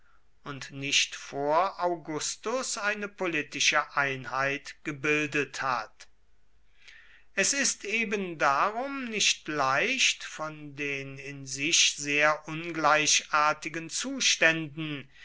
und nicht vor augustus eine politische einheit gebildet hat es ist eben darum nicht leicht von den in sich sehr ungleichartigen zuständen